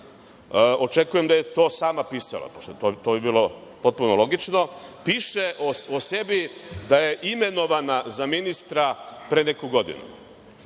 očekujem da je to sama pisala, pošto bi to bilo potpuno logično, piše o sebi da je imenovana za ministra pre neku godinu.